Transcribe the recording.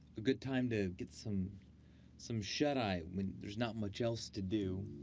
a good time to get some some shut-eye when there's not much else to do.